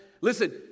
listen